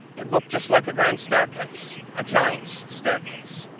it looked just like a grand staircase, a giant's staircase.